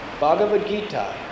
bhagavad-gita